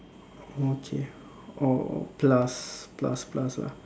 okay or plus plus plus lah